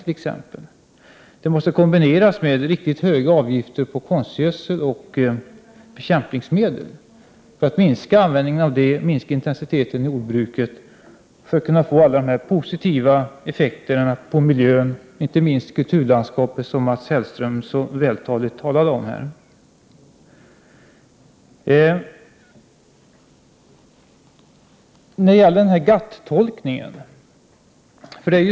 Det måste också kombineras med riktigt höga avgifter på konstgödsel och bekämpningsmedel för att det skall ske en minskning av användningen av dessa och för att det skall ske en minskning av intensiteten i jordbruket och inte minst för att åstadkomma positiva effekter på miljön, inte minst i kulturlandskapet, som Mats Hellström så vältaligt nämnde.